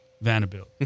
Vanderbilt